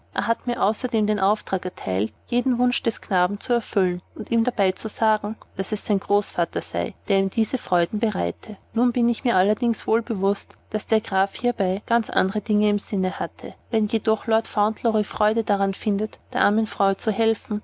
er hat mir außerdem den auftrag erteilt jeden wunsch des knaben zu erfüllen und ihm dabei zu sagen daß es sein großvater sei der ihm diese freuden bereite nun bin ich mir allerdings wohl bewußt daß der graf hierbei ganz andre dinge im sinne hatte wenn jedoch lord fauntleroy freude daran findet der armen frau zu helfen